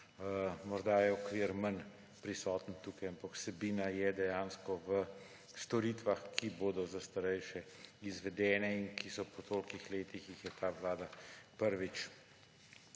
Morda je okvir manj prisoten tukaj, ampak vsebina je dejansko v storitvah, ki bodo za starejše izvedene, in ki jih je po toliko letih ta vlada prvič